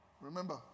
Remember